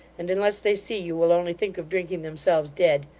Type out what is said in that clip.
and, unless they see you, will only think of drinking themselves dead.